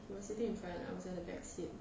he was sitting in front I was at the back seat